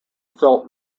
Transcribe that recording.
felt